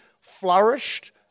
flourished